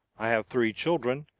i have three children.